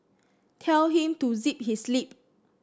tell him to zip his lip